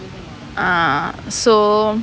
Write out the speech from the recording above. uh so